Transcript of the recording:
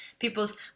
people's